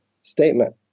statement